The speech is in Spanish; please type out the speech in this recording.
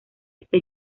esta